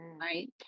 Right